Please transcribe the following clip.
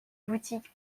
boutique